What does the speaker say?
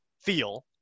feel